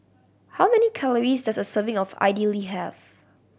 how many calories does a serving of Idili have